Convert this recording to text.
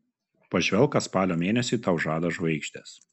pažvelk ką spalio mėnesiui tau žada žvaigždės